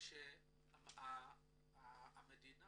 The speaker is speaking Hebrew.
שהמדינה